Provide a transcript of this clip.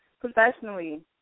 professionally